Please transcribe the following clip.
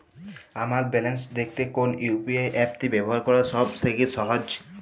আমার ব্যালান্স দেখতে কোন ইউ.পি.আই অ্যাপটি ব্যবহার করা সব থেকে সহজ?